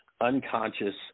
unconscious